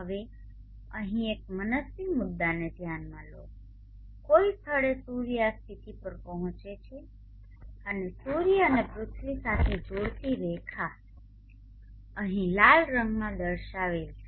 હવે અહીં એક મનસ્વી મુદ્દાને ધ્યાનમાં લો કોઈ સ્થળે સૂર્ય આ સ્થિતિ પર હોય છે અને સૂર્ય અને પૃથ્વી સાથે જોડતી રેખા અહીં લાલ રંગમાં દર્શાવેલ છે